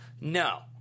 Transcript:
No